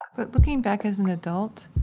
but looking back as an adult,